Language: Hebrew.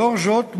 לאור זאת,